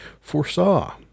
foresaw